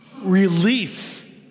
release